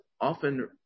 often